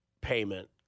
payment